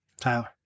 Tyler